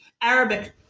Arabic